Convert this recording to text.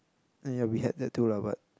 ya ya we had that too lah but